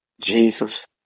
Jesus